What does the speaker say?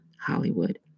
Hollywood